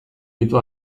ditu